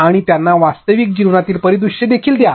आणि त्यांना वास्तविक जीवनातील परिदृश्ये देखील द्या